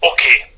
Okay